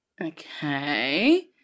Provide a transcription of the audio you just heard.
Okay